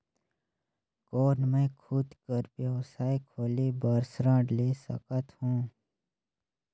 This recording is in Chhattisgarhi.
कौन मैं खुद कर व्यवसाय खोले बर ऋण ले सकत हो?